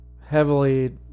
heavily